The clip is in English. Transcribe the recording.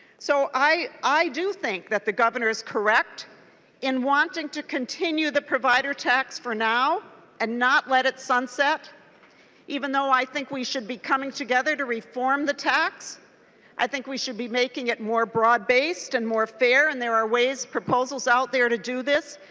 so i i do think that the governor is correct in wanting to continue the provider tax for now and not let it sunset even though i think we should be coming together to reform the tax code i think we should be making it more broad-based and warfare and airways-proposals out there to do this.